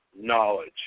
knowledge